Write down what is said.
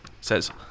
Says